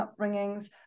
upbringings